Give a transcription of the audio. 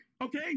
Okay